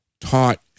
Taught